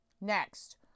Next